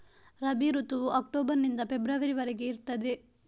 ರಬಿ ಋತುವು ಅಕ್ಟೋಬರ್ ನಿಂದ ಫೆಬ್ರವರಿ ವರೆಗೆ ಇರ್ತದೆ